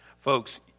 Folks